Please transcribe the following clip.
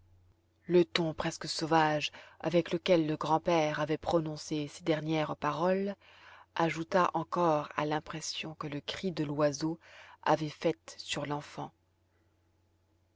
le ton presque sauvage avec lequel le grand-père avait prononcé ces dernières paroles ajouta encore à l'impression que le cri de l'oiseau avait faite sur l'enfant